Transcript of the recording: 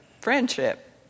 friendship